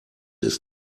ist